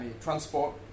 transport